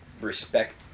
respect